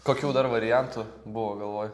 kokių dar variantų buvo galvoj